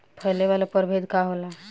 फैले वाला प्रभेद का होला?